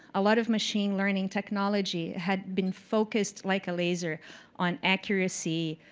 a lot of machine learning technology had been focused like a laser on accuracy,